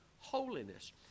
holiness